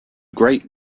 great